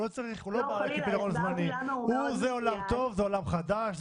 מבחינתו זה עולם חדש,